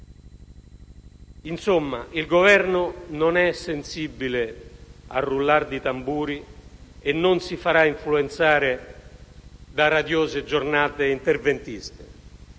Insomma, il Governo non è sensibile al rullare di tamburi e non si farà influenzare da radiose giornate interventiste.